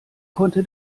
konnte